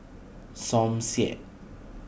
Som Said